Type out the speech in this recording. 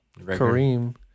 Kareem